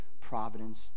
providence